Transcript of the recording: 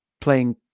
playing